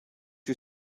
you